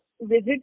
visit